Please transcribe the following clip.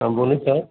हाँ बोलिए सर